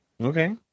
Okay